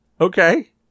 Okay